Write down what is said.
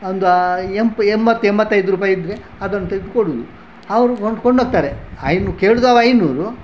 ಒಂದು ಎಂಪ ಎಂಬತ್ತು ಎಂಬತ್ತೈದು ರೂಪಾಯಿ ಇದ್ದರೆ ಅದನ್ನು ತೆಗೆದು ಕೊಡುವುದು ಅವರು ಕೊಂಡೋಗ್ತಾರೆ ಐನೂ ಕೇಳುವುದು ಅವ ಐನ್ನೂರು